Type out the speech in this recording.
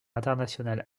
internationales